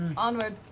onward.